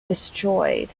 destroyed